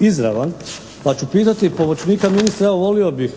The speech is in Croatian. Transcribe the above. izravan pa ću pitati pomoćnika ministra, volio bih,